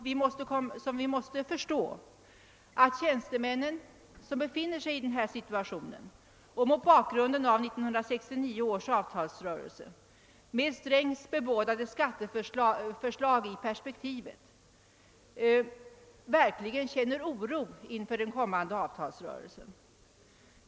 Vi måste förstå att tjänstemännen, som befinner sig i denna situation, mot bakgrunden av 1969 års avtalsrörelse och med herr Strängs bebådade skatteförslag i perspektivet verkligen känner oro inför den kommande avtalsrörelsen.